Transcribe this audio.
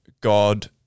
God